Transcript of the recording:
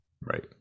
Right